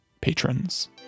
patrons